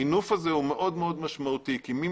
המינוף הזה הוא מאוד מאוד משמעותי כי מי